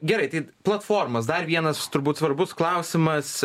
gerai tai platformos dar vienas turbūt svarbus klausimas